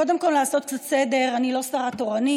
קודם כול לעשות קצת סדר: אני לא שרה תורנית,